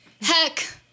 Heck